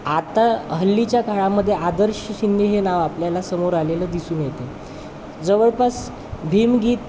आता हल्लीच्या काळामध्ये आदर्श शिंदे हे नाव आपल्याला समोर आलेलं दिसून येते जवळपास भीम गीत